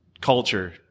culture